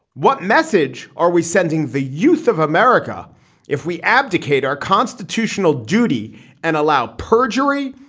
what message are we sending the youth of america if we abdicate our constitutional duty and allow perjury,